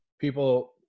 people